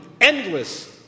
endless